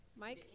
Mike